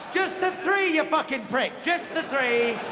just the three, you fucking prick! just the three.